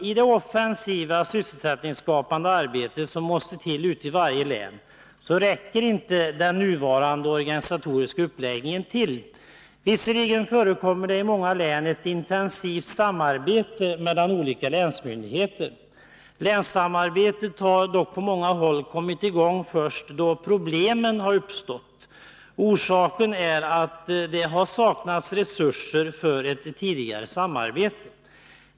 I det offensiva sysselsättningsskapande arbete som måste till ute i varje län, räcker inte den nuvarande organisatoriska uppläggningen till. Visserligen förekommer det i många län ett intensivt samarbete mellan olika länsmyndigheter, men länssamarbetet har på många håll kommit i gång först då problemen har uppstått. Orsaken är att det har saknats resurser för ett tidigare samarbete.